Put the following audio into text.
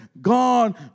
God